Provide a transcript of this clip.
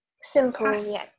simple